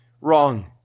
wrong